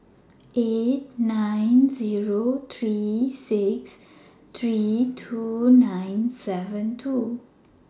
eight nine Zero three six three two nine seven two